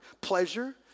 pleasure